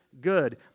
good